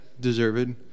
Deserved